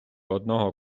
одного